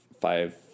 five